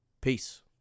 Peace